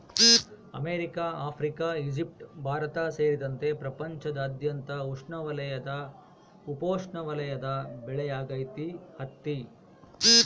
America Africa Egypt Bharat ಸೇರಿದಂತೆ ಪ್ರಪಂಚದಾದ್ಯಂತ ಉಷ್ಣವಲಯದ ಉಪೋಷ್ಣವಲಯದ ಬೆಳೆಯಾಗೈತಿ ಹತ್ತಿ